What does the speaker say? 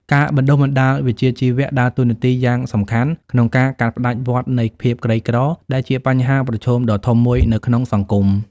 ការបណ្តុះបណ្តាលវិជ្ជាជីវៈដើរតួនាទីយ៉ាងសំខាន់ក្នុងការ កាត់ផ្តាច់វដ្តនៃភាពក្រីក្រ ដែលជាបញ្ហាប្រឈមដ៏ធំមួយនៅក្នុងសង្គម។